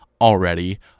already